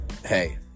hey